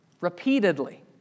Repeatedly